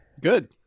Good